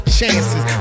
chances